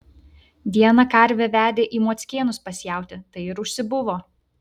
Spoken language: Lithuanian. dieną karvę vedė į mockėnus pas jautį tai ir užsibuvo